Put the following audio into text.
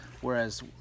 whereas